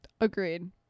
Agreed